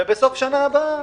ובסוף שנה הבאה